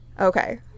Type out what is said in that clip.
okay